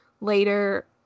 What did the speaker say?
later